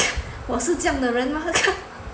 我是这样的人嘛